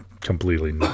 completely